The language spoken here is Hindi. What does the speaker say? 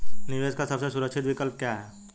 निवेश का सबसे सुरक्षित विकल्प क्या है?